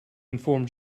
inform